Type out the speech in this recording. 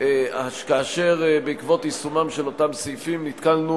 כאשר בעקבות יישומם של אותם סעיפים נתקלנו